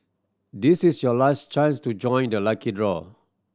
this is your last chance to join the lucky draw